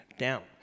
down